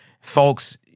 Folks